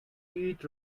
heat